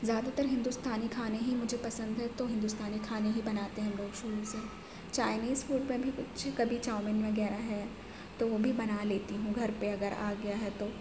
زیادہ تر ہندوستانی کھانے ہی مجھے پسند ہے تو ہندوستانی کھانے ہی بناتے ہیں ہم لوگ شروع سے چائنیز فوڈ میں بھی کچھ کبھی چاؤمن وغیرہ ہے تو وہ بھی بنا لیتی ہوں گھر پہ اگر آ گیا ہے تو